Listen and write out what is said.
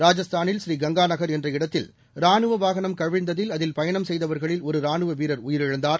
ராஜஸ்தானில் ஸ்ரீ கங்கா நகர் என்ற இடத்தில் ராணுவ வாகனம் கவிழ்ந்ததில் அதில் பயணம் செய்தவர்களில் ஒரு ராணுவ வீரர் உயிரிழந்தார்